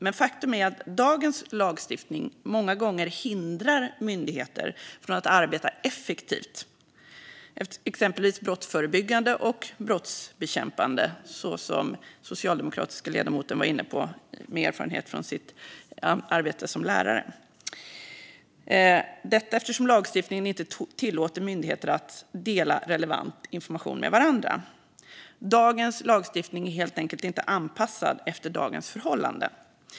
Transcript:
Men faktum är att dagens lagstiftning många gånger hindrar myndigheter från att arbeta effektivt i exempelvis brottsförebyggande och brottsbekämpande syfte, som den socialdemokratiska ledamoten var inne på, grundat på erfarenheter från sitt arbete som lärare. Lagstiftningen tillåter nämligen inte myndigheter att dela relevant information med varandra. Dagens lagstiftning är helt enkelt inte anpassad efter dagens förhållanden.